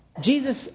Jesus